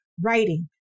writing